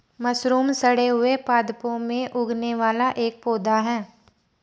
mushroom सड़े हुए पादपों में उगने वाला एक पौधा है